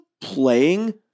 playing